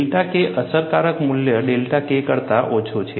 delta K અસરકારક મૂલ્ય delta K કરતા ઓછું છે